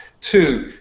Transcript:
Two